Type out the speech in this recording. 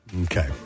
Okay